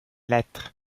lettres